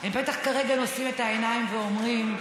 הם בטח כרגע נושאים את העיניים ואומרים: